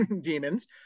demons